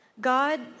God